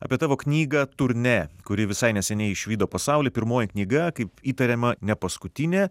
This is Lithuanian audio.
apie tavo knygą turnė kuri visai neseniai išvydo pasaulį pirmoji knyga kaip įtariama nepaskutinė